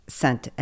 sent